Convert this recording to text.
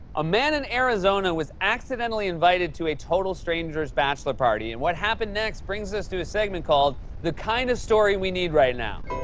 a man in arizona was accidentally invited to a total stranger's bachelor party, and what happened next brings us to a segment called the kind of story we need right now.